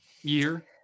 year